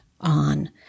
on